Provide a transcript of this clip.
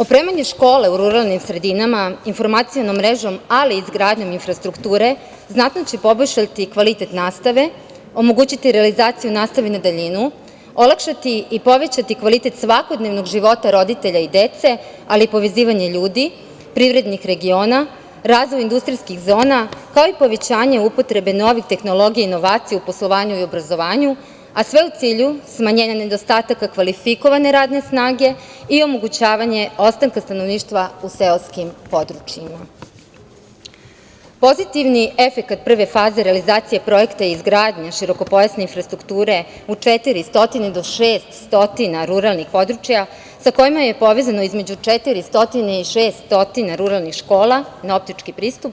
Opremanje škola u ruralnim sredinama informacionom mrežom, ali i izgradnjom infrastrukture, znatno će poboljšati kvalitet nastave, omogućiti realizaciju nastave na daljinu, olakšati i povećati kvalitet svakodnevnog života roditelja i dece, ali i povezivanje ljudi, privrednih regiona, razvoj industrijskih zona, kao i povećanje upotrebe novih tehnologija, inovacije u poslovanju i obrazovanju, a sve u cilju smanjenja nedostataka kvalifikovane radne snage i omogućavanje ostanka stanovništva u seoskim područjima, pozitivni efekat prve faze realizacije projekta izgradnje širokopojasne strukture u 400 do 600 ruralnih područja sa kojima je povezano između 400 i 600 ruralnih škola na optički pristup